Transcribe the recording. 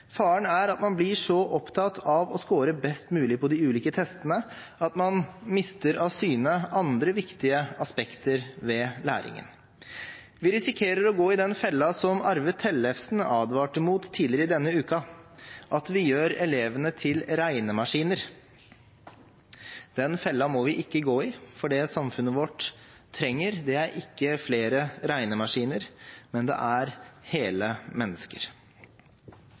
Faren er at man blir så opptatt av å score best mulig på de ulike testene at man mister av syne andre viktige aspekter ved læringen. Vi risikerer å gå i den fella som Arve Tellefsen advarte mot tidligere i denne uka, at vi gjør elevene til «regnemaskiner». Den fella må vi ikke gå i, for det samfunnet vårt trenger, er ikke flere regnemaskiner, men hele mennesker.